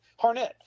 Harnett